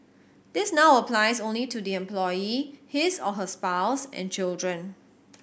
this now applies only to the employee his or her spouse and children